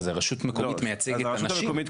הרשות מקומית מייצגת אנשים.